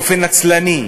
באופן נצלני,